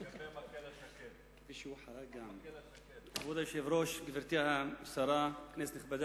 כבוד היושב-ראש, גברתי השרה, כנסת נכבדה,